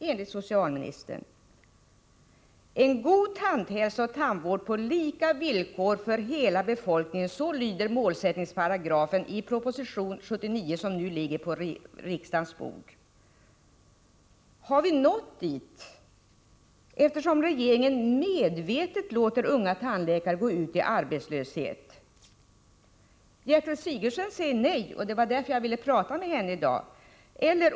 En god tandhälsa och tandvård på lika villkor för hela befolkningen — så lyder målsättningsparagrafen i proposition 79, som nu ligger på riksdagens bord. Har vi nått dit, eftersom regeringen medvetet låter unga tandläkare gå ut i arbetslöshet? Gertrud Sigurdsen säger nej. Det var därför jag ville tala med henne i dag.